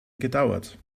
gedauert